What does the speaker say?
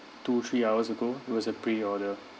two three hours ago it was a preorder